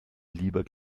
lieber